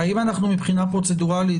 האם אנחנו מבחינה פרוצדורלית,